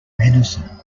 medicine